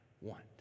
want